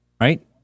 right